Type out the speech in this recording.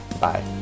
Bye